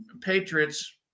patriots